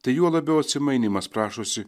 tai juo labiau atsimainymas prašosi